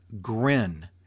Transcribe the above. grin